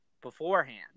beforehand